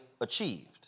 achieved